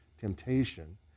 temptation